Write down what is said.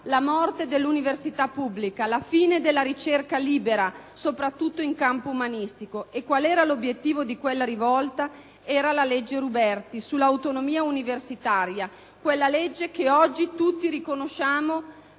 la morte dell'università pubblica, la fine della ricerca libera, soprattutto in campo umanistico; e qual era l'obiettivo di quella rivolta? Era la cosiddetta legge Ruberti sull'autonomia universitaria: quella legge la cui lungimiranza